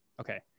Okay